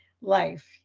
life